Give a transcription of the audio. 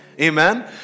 Amen